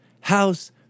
house